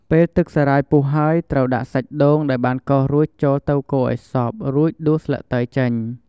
ពេលទឹកសារាយពុះហើយ ត្រូវដាក់សាច់ដូងដែលបានកោសរួចចូលទៅកូរឱ្យសព្វ រួចដួសទឹកស្លឹកតើយចេញ។